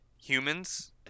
humans